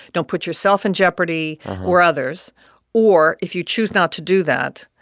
don't put yourself in jeopardy or others or, if you choose not to do that,